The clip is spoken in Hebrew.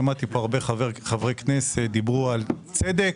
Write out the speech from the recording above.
שמעתי פה הרבה חברי כנסת שדיברו על צדק.